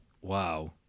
wow